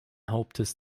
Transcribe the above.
hauptes